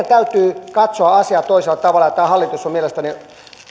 täytyy katsoa asiaa toisella tavalla ja tämä hallitus on mielestäni